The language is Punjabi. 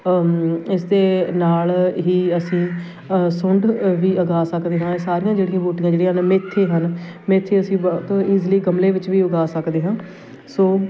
ਇਸ ਦੇ ਨਾਲ ਹੀ ਅਸੀਂ ਸੁੰਢ ਵੀ ਉਗਾ ਸਕਦੇ ਹਾਂ ਸਾਰੀਆਂ ਜੜੀਆਂ ਬੂਟੀਆਂ ਜਿਹੜੀਆਂ ਹਨ ਮੇਥੇ ਹਨ ਮੇਥੇ ਅਸੀਂ ਬਹੁਤ ਈਜ਼ੀਲੀ ਗਮਲੇ ਵਿੱਚ ਵੀ ਉਗਾ ਸਕਦੇ ਹਾਂ ਸੋ